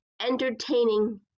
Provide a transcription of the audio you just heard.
entertaining